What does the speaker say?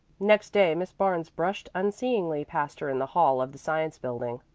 next day miss barnes brushed unseeingly past her in the hall of the science building.